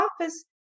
office